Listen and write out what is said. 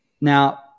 now